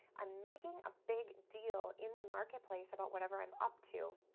i'm making a big deal in the marketplace about whatever i'm up to,